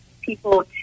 people